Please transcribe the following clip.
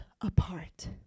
apart